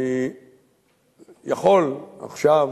אני יכול עכשיו